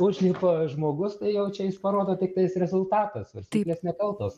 užlipa žmogus tai jau čia jis parodo tiktais rezultatą svarstyklės nekaltos